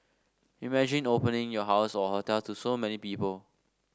imagine opening your house or hotel to so many people